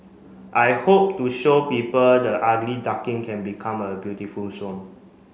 I hope to show people the ugly duckling can become a beautiful swan